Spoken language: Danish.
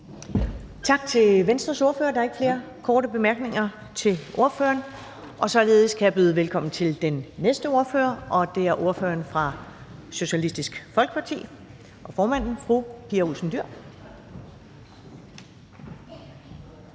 Tak til Venstres ordfører. Der er ikke flere korte bemærkninger til ordføreren, og således kan jeg byde velkommen til den næste ordfører, og det er ordføreren og formanden for Socialistisk Folkeparti, fru Pia Olsen Dyhr.